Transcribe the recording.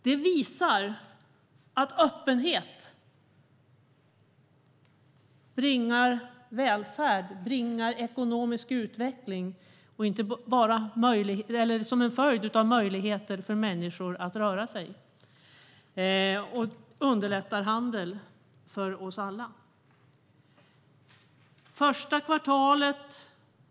Detta visar att öppenhet bringar välfärd och ekonomisk utveckling som en följd av möjligheter för människor att röra sig över gränser samtidigt som det underlättar handel för oss alla.